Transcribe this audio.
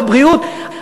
בבריאות,